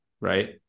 right